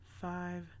five